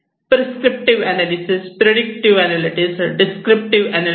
prescriptive analytics predictive analytics आणि descriptive analytics